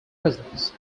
results